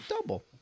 double